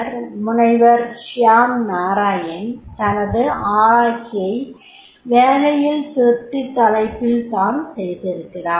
D Scholar முனைவர் ஷ்யாம் நாராயன் தனது ஆராய்ச்சியை வேலையில் திருப்தி தலைப்பில் தான் செய்கிறார்